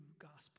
gospel